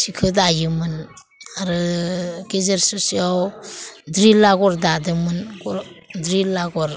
सिखौ दायोमोन आरो गेजेर ससेयाव ड्रिल आग'र दादोंमोन ड्रिल आग'र